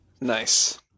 Nice